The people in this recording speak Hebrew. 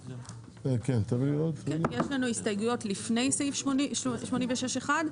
יש לנו הסתייגויות לפני סעיף 86 1,